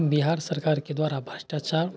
बिहार सरकारके द्वारा भ्रष्टाचार